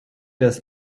des